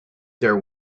there